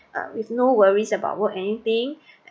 uh with no worries about work anything